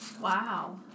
Wow